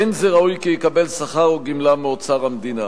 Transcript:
אין זה ראוי כי יקבל שכר או גמלה מאוצר המדינה.